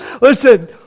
Listen